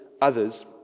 others